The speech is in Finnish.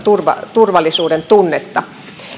turvallisuudentunnetta